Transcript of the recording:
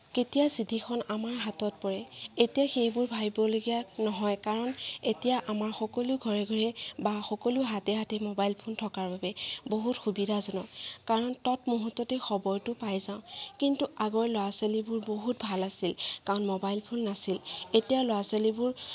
কেতিয়া চিঠিখন আমাৰ হাতত পৰে এতিয়া সেইবোৰ ভাবিবলগীয়া নহয় কাৰণ এতিয়া আমাৰ সকলোৰ ঘৰে ঘৰে বা সকলো হাতে হাতে ম'বাইল ফোন থকাৰ বাবে বহুত সুবিধাজনক কাৰণ তৎমুহূৰ্ততে খবৰবোৰ পাই যাওঁ কিন্তু আগৰ ল'ৰা ছোৱালীবোৰ বহুত ভাল আছিল কাৰণ ম'বাইল ফোন নাছিল এতিয়া ল'ৰা ছোৱালীবোৰ